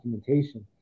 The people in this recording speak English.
documentation